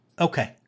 Okay